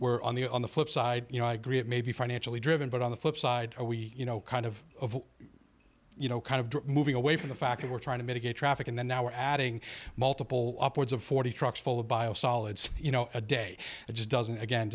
we're on the on the flip side you know i agree it may be financially driven but on the flip side we you know kind of you know kind of moving away from the fact that we're trying to mitigate traffic and then now we're adding multiple upwards of forty trucks full of biosolids you know a day it just doesn't again